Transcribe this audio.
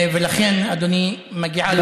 ולכן, אדוני, מגיעה לו תודה רבה.